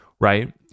right